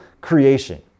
creation